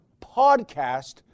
PODCAST